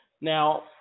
Now